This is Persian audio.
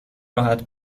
راحت